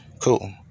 cool